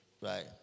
right